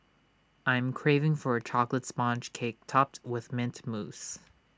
I'm craving for A Chocolate Sponge Cake Topped with Mint Mousse